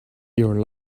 your